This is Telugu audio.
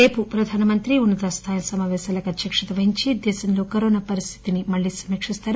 రేపు ప్రధానమంత్రి ఉన్నతస్థాయి సమాపేశాలకు అధ్యక్షత వహించి దేశంలో కరోనా పరిస్టితిని మళ్ళీ సమీక్షిస్తారు